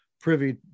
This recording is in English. privy